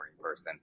person